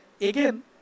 again